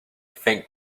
think